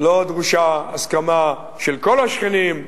לא דרושה הסכמה של כל השכנים,